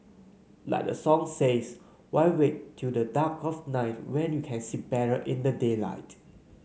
like the song says why wait till the dark of night when you can see better in the daylight